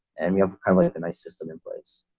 and we have kind of like a nice system in place.